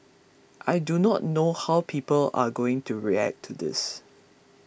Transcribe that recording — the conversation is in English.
I do not know how people are going to react to this